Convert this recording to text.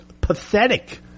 pathetic